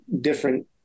different